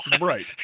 Right